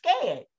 scared